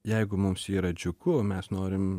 jeigu mums yra džiugu mes norim